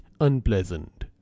unpleasant